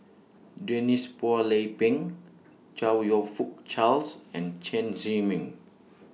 Denise Phua Lay Peng Chong YOU Fook Charles and Chen Zhiming